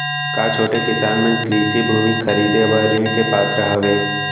का छोटे किसान मन कृषि भूमि खरीदे बर ऋण के पात्र हवे?